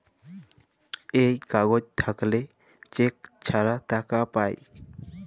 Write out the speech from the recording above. এই কাগজ থাকল্যে চেক ছাড়া টাকা পায়